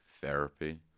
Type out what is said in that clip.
therapy